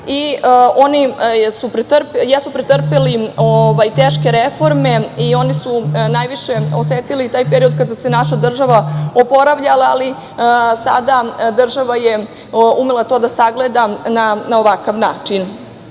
i oni jesu pretrpeli teške reforme i oni su najviše osetili taj period kada se naša država oporavljala ali sada je država umela to da sagleda na ovakav način. Pored